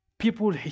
People